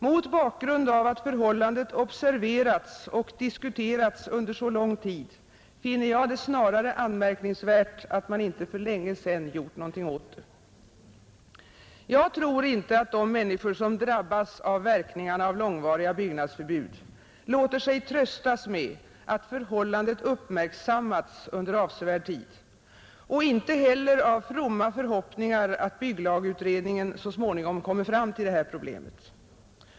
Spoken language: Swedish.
Mot bakgrund av att förhållandet observerats och diskuterats under så lång tid finner jag det snarare anmärkningsvärt att man inte för länge sedan gjort något åt det. Jag tror inte att de människor som drabbas av verkningarna av långvariga byggnadsförbud låter sig tröstas med att förhållandet uppmärksammats under avsevärd tid och inte heller av fromma förhoppningar att bygglagutredningen så småningom kommer fram till det här problemet.